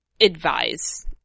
advise